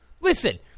Listen